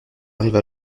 arrive